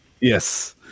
yes